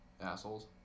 assholes